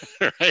Right